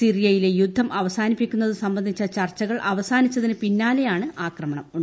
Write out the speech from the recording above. സിറിയയിലെ യുദ്ധം അവസാനിപ്പിക്കുന്നത് സംബന്ധിച്ച ചർച്ചകൾ അവസാനിച്ചതിന് പിന്നാലെയാണ് ആക്രമണം നടന്നത്